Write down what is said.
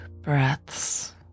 breaths